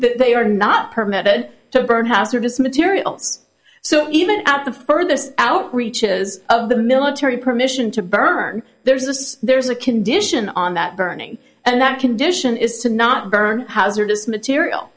they are not permitted to burn hazardous materials so even at the furthest out reaches of the military permission to burn there is this there is a condition on that burning and that condition is to not burn hazardous material